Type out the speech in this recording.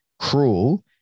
cruel